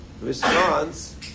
response